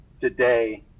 today